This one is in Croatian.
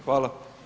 Hvala.